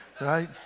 right